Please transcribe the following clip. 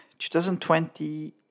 2020